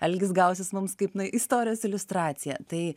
algis gausis mums kaip istorijos iliustracija tai